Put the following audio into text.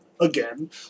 Again